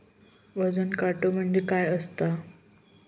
वजन काटो म्हणजे काय असता?